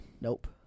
Nope